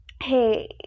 hey